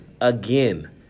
again